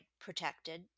protected